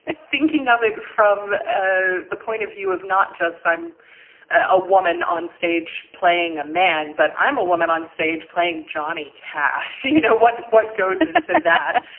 ah thinking of it from ah the point of view of not just i'm a woman onstage playing a man, but i'm a woman on stage playing johnny cash. you know what? what goes into that?